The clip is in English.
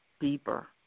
deeper